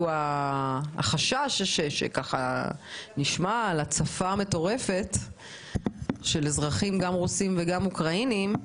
החשש שנשמע על הצפה מטורפת של אזרחים רוסים ואוקראינים.